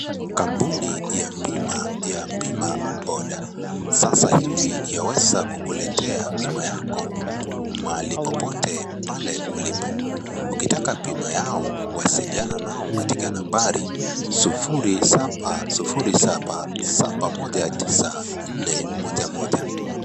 Kampuni ya bima pima boda sasa hivi ya weza kukuletea bima yako mahali popote pale ulipo, ukitaka pima yao uhasiliane na wao katika nambari yao sufuri saba, sufuri saba, moja tisa, nne, moja moja.